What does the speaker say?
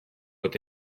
with